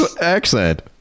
accent